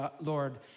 Lord